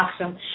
Awesome